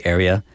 Area